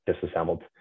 disassembled